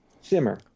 simmer